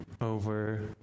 over